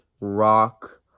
rock